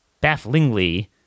bafflingly